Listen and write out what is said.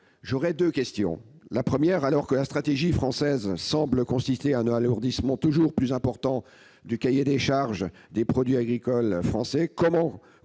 J'aurai deux questions. Premièrement, alors que la stratégie française semble consister en un alourdissement toujours plus important du cahier des charges des produits agricoles français, comment